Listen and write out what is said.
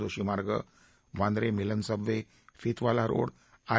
Joshi Marg Vandre Milan subway Fitwala रोडआर